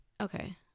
okay